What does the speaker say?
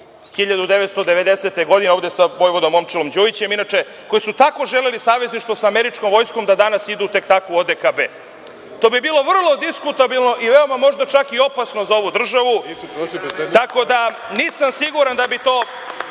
1990. godine, ovde sa vojvodom Momčilom Đujićem, koji su tako želeli savezništvo sa američkom vojskom, da danas idu tek tako u ODKB. To bi bilo vrlo diskutabilno i možda čak i veoma opasno za ovu državu. Tako da, nisam siguran da bi to